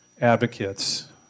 advocates